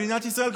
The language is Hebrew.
מדינת ישראל,